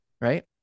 Right